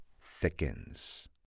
thickens